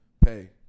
pay